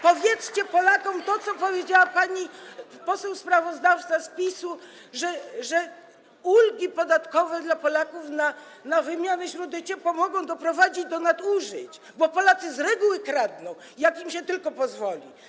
Powiedzcie Polakom to, co powiedziała pani poseł sprawozdawca z PiS-u, że ulgi podatkowe dla Polaków na wymiany źródeł ciepła mogą doprowadzić do nadużyć, bo Polacy z reguły kradną, jak im się tylko na to pozwoli.